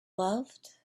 loved